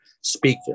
speak